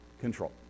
control